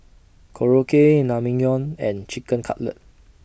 Korokke Naengmyeon and Chicken Cutlet